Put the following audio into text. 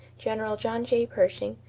general john j. pershing,